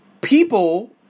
people